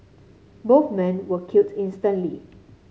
both men were killed instantly